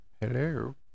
Hello